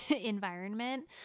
environment